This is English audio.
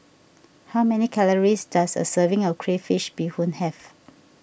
how many calories does a serving of Crayfish BeeHoon have